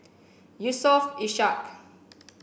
Yusof Ishak